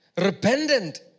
repentant